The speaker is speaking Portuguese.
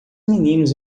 meninos